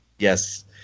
Yes